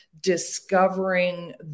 discovering